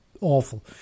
awful